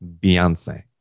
Beyonce